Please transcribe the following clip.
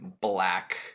black